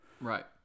Right